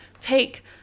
take